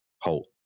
Holt